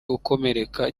ukomereka